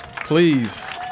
Please